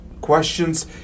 Questions